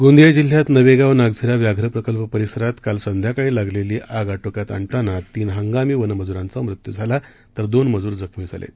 गोंदिया जिल्ह्यात नवेगाव नागझिरा व्याघ्र प्रकल्प परिसरात काल संध्याकाळी लागलेली आग आटोक्यात आणताना तीन हंगामी वनमजूरांचा मृत्यू झाला तर दोन मजूर जखमी झाले आहेत